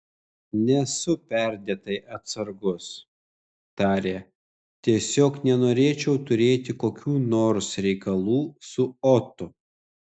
nesu perdėtai atsargus tarė tiesiog nenorėčiau turėti kokių nors reikalų su otu